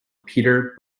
peter